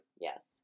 Yes